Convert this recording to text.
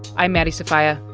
i'm maddie sofia,